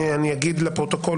אני אגיד לפרוטוקול,